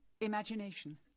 imagination